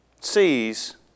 sees